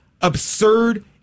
absurd